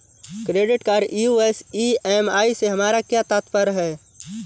Credit card use EMI से हमारा क्या तात्पर्य है?